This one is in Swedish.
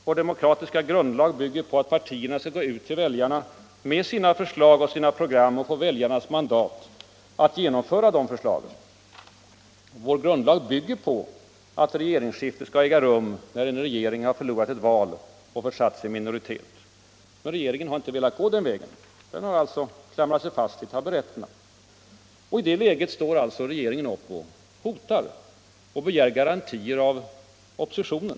Vår demokratiska grundlag bygger på att partierna skall gå ut till väljarna med sina förslag och program och få väljarnas mandat att genomföra de förslagen. Vår grundlag bygger på att regeringsskifte skall äga rum när en regering har förlorat ett val och försatts i minoritet. Men regeringen har inte velat gå den vägen, utan den har klamrat sig fast vid taburetterna. I det läget står den alltså upp och hotar och begär garantier av oppositionen.